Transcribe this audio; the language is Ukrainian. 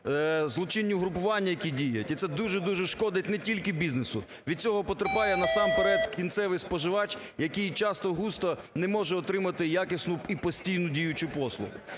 злочинні угрупування, які діють і це дуже й дуже шкодить не тільки бізнесу, від цього потерпає насамперед кінцевий споживач, який часто-густо не може отримати якісну і постійну діючу послугу.